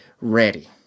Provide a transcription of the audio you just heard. ready